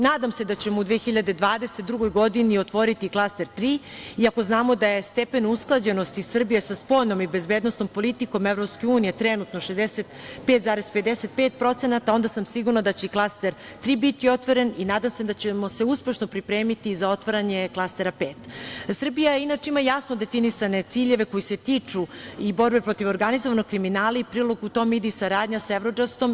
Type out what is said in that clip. Nadam se da ćemo u 2022. godini otvoriti Klaster 3, iako znamo da je stepen usklađenosti Srbije sa spoljnom i bezbednosnom politikom EU trenutno 65,55%, onda sam sigurna da će i Klaster 3 biti otvoren i nadam se da ćemo se uspešno pripremiti za otvaranje Klastera 5. Srbija, inače ima jasno definisane ciljeve koji se tiču i borbe protiv organizovanog kriminala i prilog u tome ide saradnja sa EVRODžAST-om.